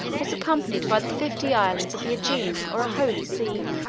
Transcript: was accompanied by the fifty islands of the aegean or holy sea